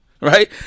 Right